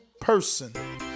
person